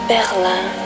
Berlin